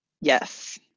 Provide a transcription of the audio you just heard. Yes